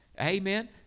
Amen